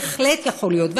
בהחלט יכול להיות,